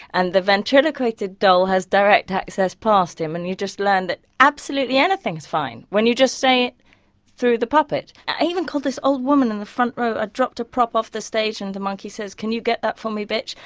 and the ventriloquated doll has direct access past him and you just learn that absolutely anything is fine when you just say it through the puppet. even called this old woman in the front row i'd dropped a prop off the stage and the monkey says, can you get that for me bitch?